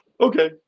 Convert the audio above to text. okay